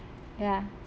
ya